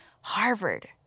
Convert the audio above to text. Harvard